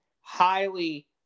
highly